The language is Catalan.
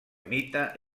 mite